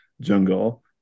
jungle